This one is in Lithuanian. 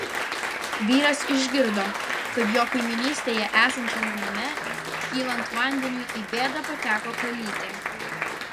vyras išgirdo kad jo kaimynystėje esančiame name kylant vandeniui į bėdą pateko kalytė